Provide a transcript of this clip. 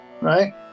right